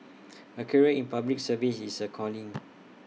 A career in the Public Service is A calling